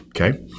Okay